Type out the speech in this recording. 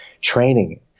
training